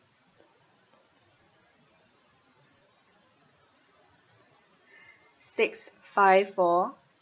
six five four